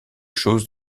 chose